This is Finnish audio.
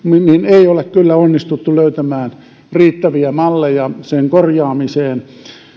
niin ei ole kyllä onnistuttu löytämään riittäviä malleja sen korjaamiseen